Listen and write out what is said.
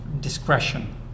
discretion